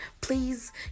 Please